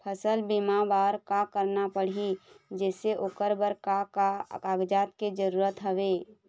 फसल बीमा बार का करना पड़ही जैसे ओकर बर का का कागजात के जरूरत हवे?